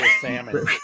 salmon